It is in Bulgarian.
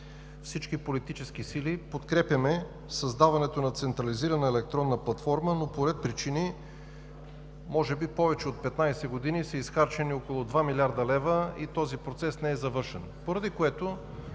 Всички политически сили подкрепяме създаването на централизирана електронна платформа, но по ред причини може би повече от 15 години са изхарчени около два милиарда лева и този процес не е завършен, поради което